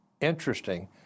interesting